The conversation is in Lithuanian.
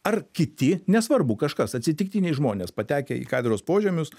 ar kiti nesvarbu kažkas atsitiktiniai žmonės patekę į katedros požemius